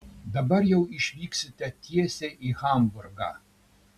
dabar jau išvyksite tiesiai į hamburgą